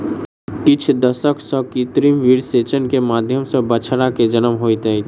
किछ दशक सॅ कृत्रिम वीर्यसेचन के माध्यम सॅ बछड़ा के जन्म होइत अछि